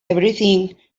everything